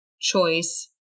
choice